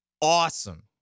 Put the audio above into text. Awesome